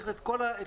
צריך את כל המכלול.